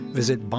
visit